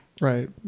Right